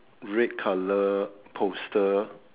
red colour poster